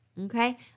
Okay